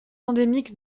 endémique